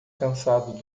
cansado